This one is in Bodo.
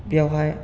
बेयावहाय